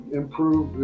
improve